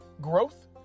growth